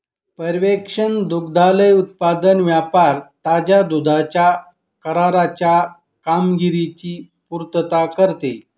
पर्यवेक्षण दुग्धालय उत्पादन व्यापार ताज्या दुधाच्या कराराच्या कामगिरीची पुर्तता करते